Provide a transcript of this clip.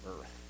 earth